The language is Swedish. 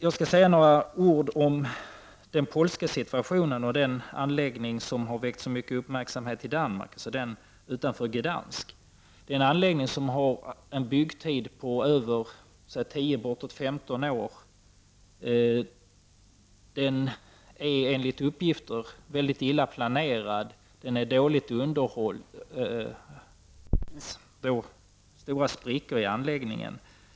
Jag skall säga några ord om den polska situationen och den anläggning utanför Gdansk som har väckt så mycket uppmärksamhet i Danmark. Det är en anläggning som har en byggtid på bortåt 15 år. Den är enligt uppgifter mycket illa planerad. Underhållsarbetet har varit dåligt, och det finns stora sprickor i anläggningen.